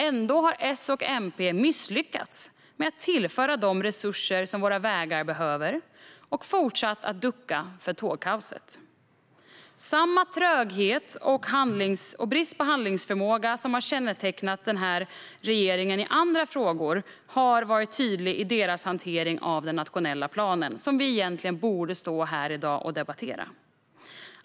Ändå har S och MP misslyckats med att tillföra de resurser som våra vägar behöver och fortsatt att ducka för tågkaoset. Samma tröghet och brist på handlingsförmåga som har kännetecknat denna regering i andra frågor har varit tydlig i deras hantering av den nationella planen, som vi egentligen borde stå här i dag och debattera.